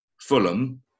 fulham